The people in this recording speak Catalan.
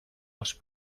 els